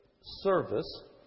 service